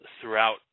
throughout